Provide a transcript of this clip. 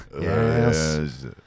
Yes